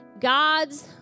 God's